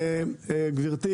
גברתי